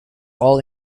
all